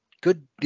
good